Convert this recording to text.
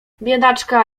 biedaczka